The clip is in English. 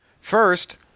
First